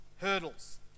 hurdles